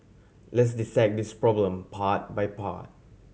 let's dissect this problem part by part